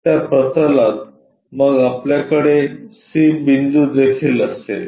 त्या प्रतलात मग आपल्याकडे c बिंदूदेखील असेल